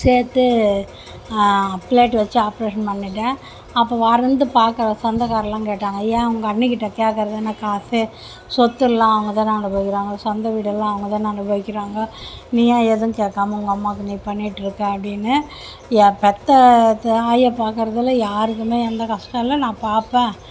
சேர்த்து ப்ளேட்டு வச்சு ஆப்ரேஷன் பண்ணிட்டேன் அப்போ வந்து பாக்கிற சொந்தக்காரலாம் கேட்டாங்க ஏன் உங்க அண்ணிக்கிட்டே கேக்கறதுதான காசு சொத்தெல்லாம் அவங்கதான அனுபவிக்கிறாங்க சொந்த வீடெல்லாம் அவங்கதான அனுபவிக்கிறாங்க நீயாக எதுவும் கேட்காம உங்க அம்மாவுக்கு நீ பண்ணிகிட்ருக்க அப்படின்னு என் பெற்ற தாயை பாக்கிறதுல யாருக்கும் எந்த கஷ்டயில்ல நான் பாப்பேன்